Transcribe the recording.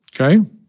Okay